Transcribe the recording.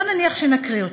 בוא נניח שנקריא אותו,